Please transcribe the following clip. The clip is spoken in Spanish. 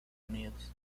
unidos